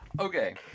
Okay